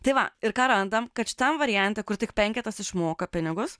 tai va ir ką randam kad šitam variante kur tik penketas išmoka pinigus